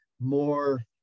more